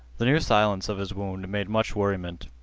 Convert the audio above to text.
the new silence of his wound made much worriment.